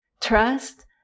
Trust